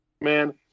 Man